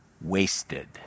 wasted